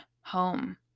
home